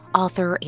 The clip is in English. author